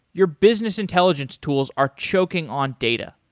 your business intelligence tools are chocking on data.